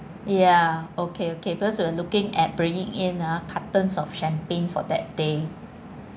ya okay okay because we're looking at bringing in ah cartons of champagne for that day